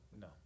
No